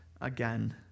again